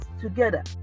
together